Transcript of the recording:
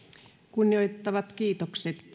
kunnioittavat kiitokset